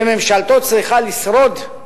שממשלתו צריכה לשרוד,